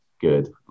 good